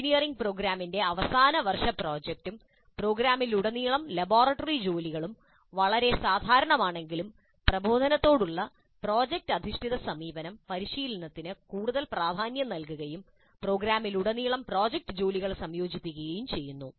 engineering പ്രോഗ്രാമിന്റെ അവസാന വർഷ പ്രോജക്ടും പ്രോഗ്രാമിലുടനീളം ലബോറട്ടറി ജോലികളും വളരെ സാധാരണമാണെങ്കിലും പ്രബോധനത്തോടുള്ള പ്രോജക്റ്റ് അധിഷ്ഠിത സമീപനം പരിശീലനത്തിന് കൂടുതൽ പ്രാധാന്യം നൽകുകയും പ്രോഗ്രാമിലുടനീളം പ്രോജക്റ്റ് ജോലികൾ സംയോജിപ്പിക്കുകയും ചെയ്യുന്നു